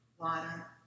water